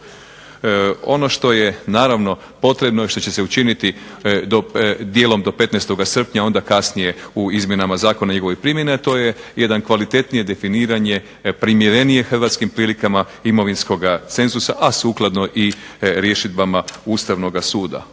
Ono što je naravno potrebno i što će se učiniti dijelom do 15. srpnja, onda kasnije u izmjenama zakona i njegovoj primjeni, a to je jedno kvalitetnije definiranje, primjerenije hrvatskim prilikama imovinskoga cenzusa, a sukladno i rješidbama Ustavnoga suda.